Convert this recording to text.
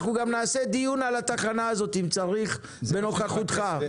אנחנו גם נעשה דיון על התחנה הזאת בנוכחותך אם צריך.